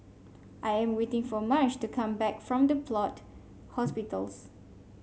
I am waiting for Marsh to come back from The Plot Hospitals